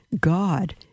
God